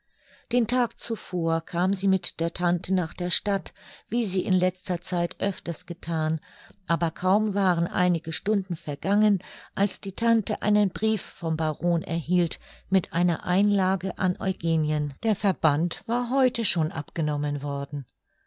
den tag zuvor kam sie mit der tante nach der stadt wie sie in letzter zeit öfters gethan aber kaum waren einige stunden vergangen als die tante einen brief vom baron erhielt mit einer einlage an eugenien der verband war heute schon abgenommen worden